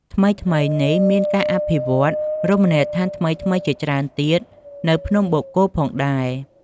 ថ្មីៗនេះមានការអភិវឌ្ឍន៍រមណីយដ្ឋានថ្មីៗជាច្រើនទៀតនៅភ្នំបូកគោផងដែរ។